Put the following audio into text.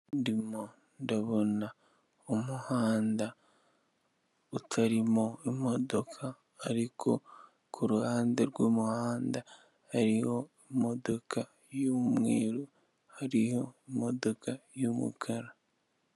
Ndimo ndabona umuhanda utarimo imodoka ariko kuruhande rw'umuhanda hariho imodoka y'umweru hariyo imodoka y'umukara.